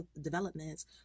developments